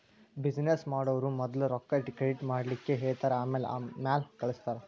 business ಮಾಡೊವ್ರು ಮದ್ಲ ರೊಕ್ಕಾ ಕ್ರೆಡಿಟ್ ಮಾಡ್ಲಿಕ್ಕೆಹೆಳ್ತಾರ ಆಮ್ಯಾಲೆ ಮಾಲ್ ಕಳ್ಸ್ತಾರ